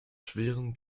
schweren